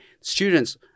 students